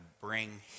bring